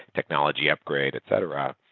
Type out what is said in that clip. technology upgrade, etc,